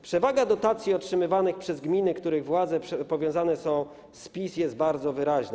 Przewaga dotacji otrzymywanych przez gminy, których władze powiązane są z PiS, jest bardzo wyraźna.